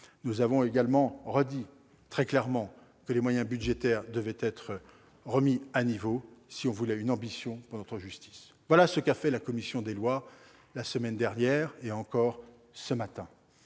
Nous avons enfin redit, très clairement, que les moyens budgétaires devraient être remis à niveau si l'on veut une ambition pour notre justice. Voilà ce qu'a fait la commission des lois, la semaine dernière et encore ce matin.